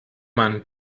man